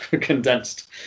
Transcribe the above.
condensed